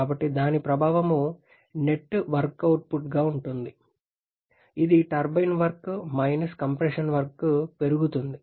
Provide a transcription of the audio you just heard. కాబట్టి దాని ప్రభావం నెట్ వర్క్ అవుట్పుట్గా ఉంటుంది ఇది turbine work minus compression work పెరుగుతుంది